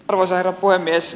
arvoisa herra puhemies